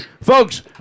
folks